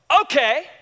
okay